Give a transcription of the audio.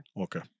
Okay